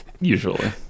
Usually